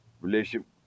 relationship